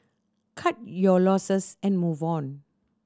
cut your losses and move on